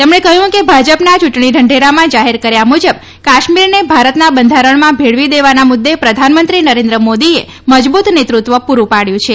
તેમણે કહ્યું કે ભાજપના ચૂંટણી ઢંઢેરામાં જાહેર કર્યા મુજબ કાશ્મીરને ભારતના બંધારણમાં ભેળવી દેવાના મુદ્દે પ્રધાનમંત્રી નરેન્દ્ર મોદીએ મજબૂત નેતૃત્વ પુરૂ પાડ્યું છે